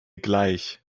gleich